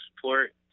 support